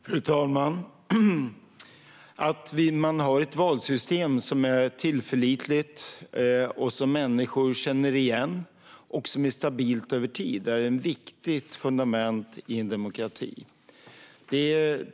Fru talman! Att man har ett valsystem som är tillförlitligt, som människor känner igen och som är stabilt över tid är ett viktigt fundament i en demokrati.